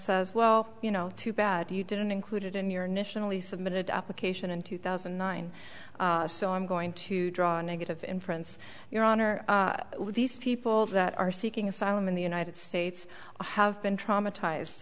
says well you know too bad you didn't include it in your nationally submitted application in two thousand and nine so i'm going to draw a negative inference your honor these people that are seeking asylum in the united states have been traumatized